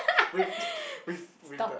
with with with the